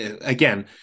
again